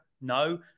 No